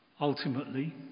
Ultimately